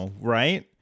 right